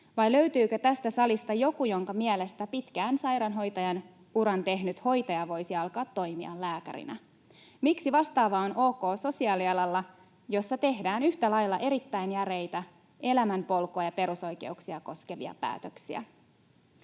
Vai löytyykö tästä salista joku, jonka mielestä pitkän sairaanhoitajan uran tehnyt hoitaja voisi alkaa toimia lääkärinä? Miksi vastaava on ok sosiaalialalla, jolla tehdään yhtä lailla erittäin järeitä, elämänpolkua ja perusoikeuksia koskevia päätöksiä?